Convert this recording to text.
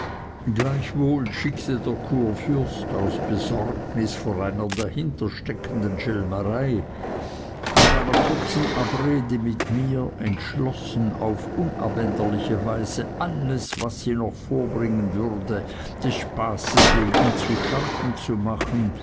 gleichwohl schickte der kurfürst aus besorgnis vor einer dahinter steckenden schelmerei nach einer kurzen abrede mit mir entschlossen auf unabänderliche weise alles was sie noch vorbringen würde des spaßes wegen zuschanden zu machen